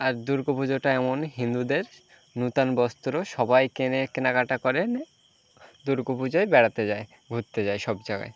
আর দুর্গা পুজোটা এমনই হিন্দুদের নুতন বস্ত্র সবাই কেনে কেনাকাটা করে দুর্গা পুজোয় বেড়াতে যায় ঘুরতে যায় সব জায়গায়